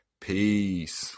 Peace